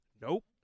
Nope